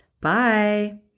Bye